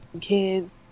kids